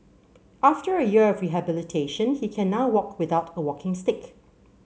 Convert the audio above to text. after a year of rehabilitation he can now walk without a walking stick